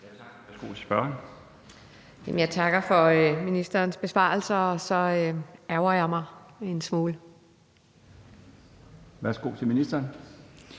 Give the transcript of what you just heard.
Jeg takker for ministerens besvarelse, og så ærgrer jeg mig en smule. Kl. 14:58 Den